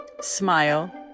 smile